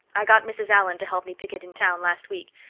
i got mrs. allan to help me pick it in town last week,